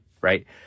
right